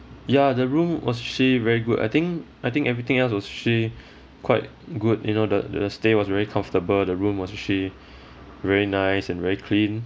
ya the room was actually very good I think I think everything else was actually quite good you know the the stay was very comfortable the room was actually very nice and very clean